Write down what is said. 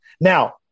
now